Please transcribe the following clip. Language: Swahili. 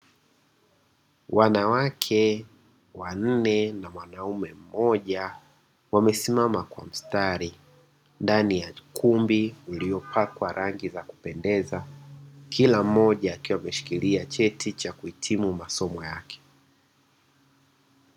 Wanawake wanne na mwanaume mmoja wamesimama kwa mstari ndani ya ukumbi uliopakwa rangi za kupendeza, kila mmoja akiwa ameshikilia cheti cha kuhitimu masomo yake.